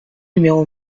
numéro